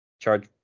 charge